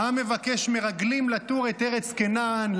העם מבקש מרגלים לתור את ארץ כנען,